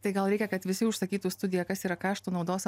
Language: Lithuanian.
tai gal reikia kad visi užsakytų studiją kas yra kaštų naudos